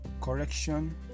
correction